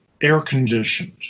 air-conditioned